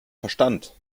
verstand